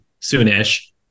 soon-ish